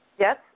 Yes